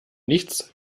nichts